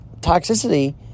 toxicity